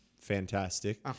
fantastic